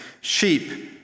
sheep